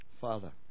Father